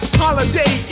holiday